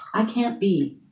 i can't be.